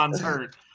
hurt